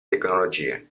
tecnologie